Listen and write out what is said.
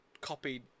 copied